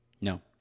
No